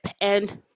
And-